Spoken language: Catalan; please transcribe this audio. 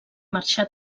marxar